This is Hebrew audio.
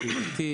הקהילתי,